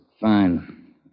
Fine